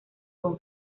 con